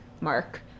mark